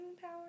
power